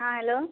हाँ हैलो